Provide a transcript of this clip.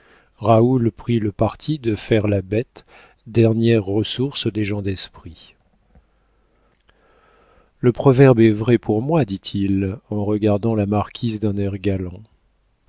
raoul prit le parti de faire la bête dernière ressource des gens d'esprit le proverbe est vrai pour moi dit-il en regardant la marquise d'un air galant